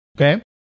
Okay